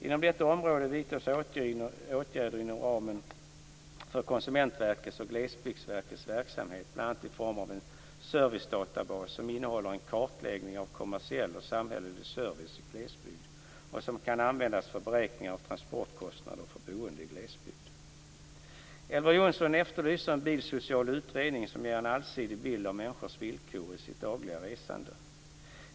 Inom detta område vidtas åtgärder inom ramen för Konsumentverkets och Glesbygdsverkets verksamhet, bl.a. i form av en servicedatabas som innehåller en kartläggning av kommersiell och samhällelig service i glesbygd och som kan användas för beräkningar av transportkostnader för boende i glesbygd. Elver Jonsson efterlyser en bilsocial utredning som ger en allsidig bild av människors villkor i sitt dagliga resande.